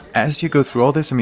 as you go through all this, and